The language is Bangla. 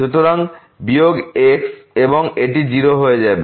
সুতরাং বিয়োগ x এবং এটি 0 হয়ে যাবে